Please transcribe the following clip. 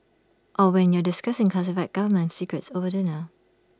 or when you're discussing classified government secrets over dinner